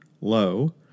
low